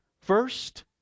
first